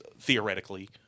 theoretically